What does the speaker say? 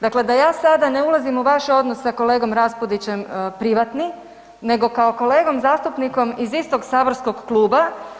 Dakle, da ja sada ne ulazim u vaš odnos sa kolegom Raspudićem privatni nego kao kolegom zastupnikom iz istog saborskog kluba.